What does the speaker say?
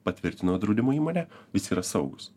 patvirtino draudimo įmonė jis yra saugus